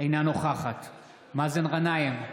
אינה נוכחת מאזן גנאים,